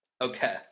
Okay